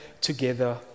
together